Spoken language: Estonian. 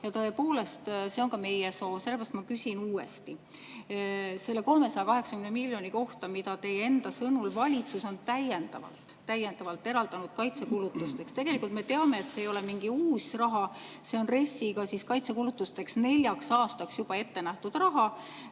Ja tõepoolest, see on ka meie soov. Sellepärast ma küsin uuesti selle 380 miljoni kohta, mis teie sõnul valitsus on täiendavalt – täiendavalt! – eraldanud kaitsekulutusteks. Tegelikult me teame, et see ei ole mingi uus raha, see on RES-iga kaitsekulutusteks neljaks aastaks juba ette nähtud raha.